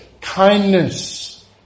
kindness